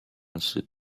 方式